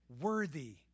worthy